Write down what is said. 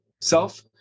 self